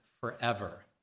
forever